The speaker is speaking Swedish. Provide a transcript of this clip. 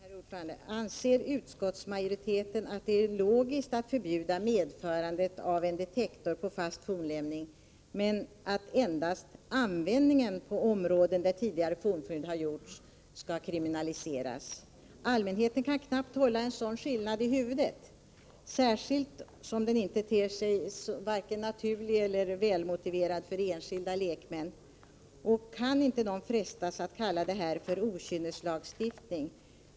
Herr talman! Anser utskottsmajoriteten att det är logiskt att förbjuda medförandet av en detektor på fast fornlämning men att endast användningen på områden där tidigare fornfynd har gjorts skall kriminaliseras? Allmänheten kan knappast hålla en sådan skillnad i huvudet, särskilt som den inte ter sig vare sig naturlig eller välmotiverad för enskilda lekmän. Kan de inte frestas att kalla det här för okynneslagstiftning?